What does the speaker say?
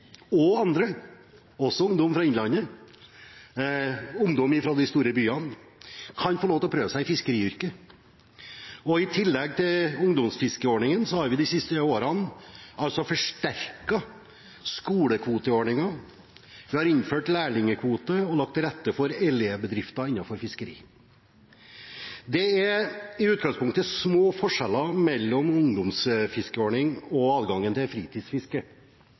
og også ungdom fra innlandet og fra de store byene kan få lov til å prøve seg i fiskeryrket. I tillegg til ungdomsfiskeordningen har vi de siste årene forsterket skolekvoteordningen. Vi har innført lærlingekvote og lagt til rette for elevbedrifter innenfor fiskeri. Det er i utgangspunktet små forskjeller mellom ungdomsfiskeordning og adgangen til fritidsfiske.